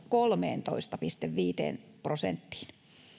kolmeentoista pilkku viiteen prosenttiin